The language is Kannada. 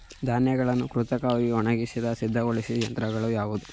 ಧಾನ್ಯಗಳನ್ನು ಕೃತಕವಾಗಿ ಒಣಗಿಸಿ ಸಿದ್ದಗೊಳಿಸುವ ಯಂತ್ರಗಳು ಯಾವುವು?